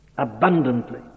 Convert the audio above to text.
abundantly